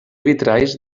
vitralls